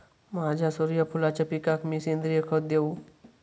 माझ्या सूर्यफुलाच्या पिकाक मी सेंद्रिय खत देवू?